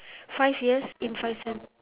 five years in five sen~